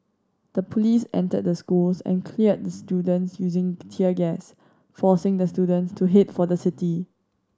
the police entered the schools and cleared the students using tear gas forcing the students to head for the city